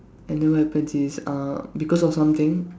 and then what happens is uh because of something